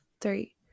three